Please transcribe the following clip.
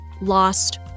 lost